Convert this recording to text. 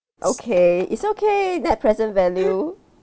okay it's okay net present value